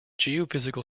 geophysical